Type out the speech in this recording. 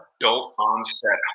adult-onset